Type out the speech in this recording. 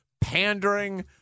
pandering